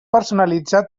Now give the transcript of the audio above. personalitzar